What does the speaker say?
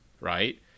right